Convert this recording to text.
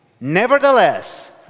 Nevertheless